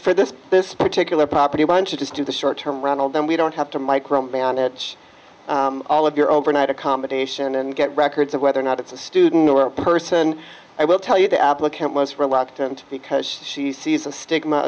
applicant for this this particular property a bunch of just do the short term ronald then we don't have to micromanage all of your overnight accommodation and get records of whether or not it's a student or a person i will tell you the applicant was reluctant because she sees a stigma